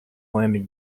landing